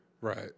Right